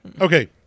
Okay